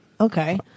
Okay